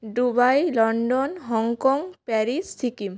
Dubai London Hong Kong Paris Sikkim